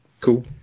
Cool